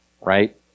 right